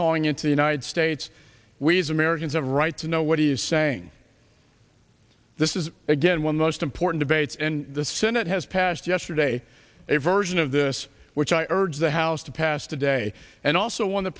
calling into the united states we as americans have a right to know what he is saying this is again one most important debates and the senate has passed yesterday a version of this which i urge the house to pass today and also one that